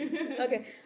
Okay